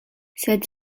sed